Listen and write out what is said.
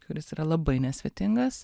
kuris yra labai nesvetingas